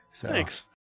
thanks